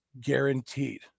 guaranteed